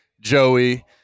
Joey